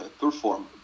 perform